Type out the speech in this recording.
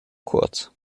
kurz